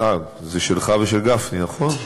זה שלך ושל גפני, נכון?